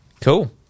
Cool